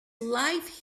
life